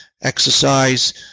exercise